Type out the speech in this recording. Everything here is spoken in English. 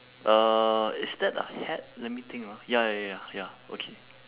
uh is that a hat let me think ah ya ya ya ya ya okay